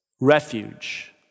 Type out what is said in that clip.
refuge